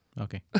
Okay